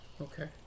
Okay